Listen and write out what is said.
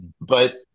But-